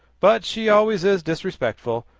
but she always is disrespectful.